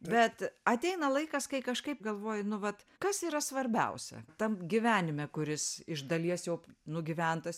bet ateina laikas kai kažkaip galvoji nu vat kas yra svarbiausia tam gyvenime kuris iš dalies jau nugyventas